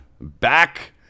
Back